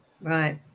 right